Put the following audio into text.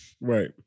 right